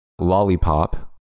Lollipop